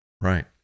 right